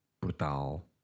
Portal